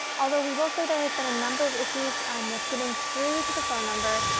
although we will say there have been a number of issues with getting through to the phone number.